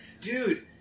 Dude